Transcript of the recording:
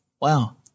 Wow